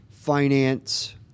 finance